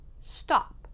stop